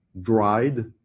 dried